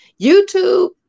YouTube